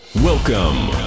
Welcome